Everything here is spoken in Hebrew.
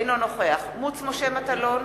אינו נוכח משה מטלון,